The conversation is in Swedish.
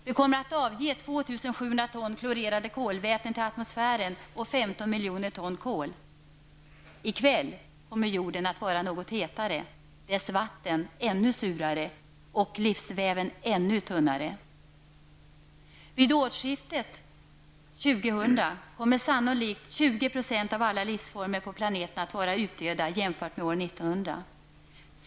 Vi kommer att avge 2 700 miljoner ton kol. I kväll kommer jorden att vara något hetare, dess vatten ännu surare och livsväven ännu tunnare. Vid årsskiftet 2000 kommer sannolikt 20 % av alla de livsformer som fanns på planeten år 1900 att vara utdöda.